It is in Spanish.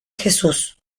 jesús